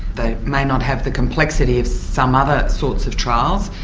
they may not have the complexities of some other sorts of trials,